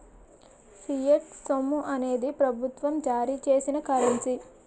fiat సొమ్ము అనేది ప్రభుత్వం జారీ చేసిన కరెన్సీ